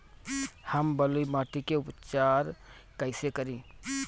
हम बलुइ माटी के उपचार कईसे करि?